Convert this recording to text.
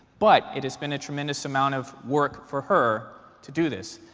but it has been a tremendous amount of work for her to do this.